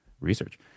research